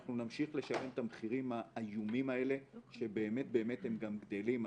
ואנחנו נמשיך לשלם את המחירים האיומים האלה שבאמת הם גם גדלים.